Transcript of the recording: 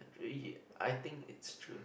really I think is true